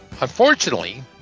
Unfortunately